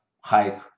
hike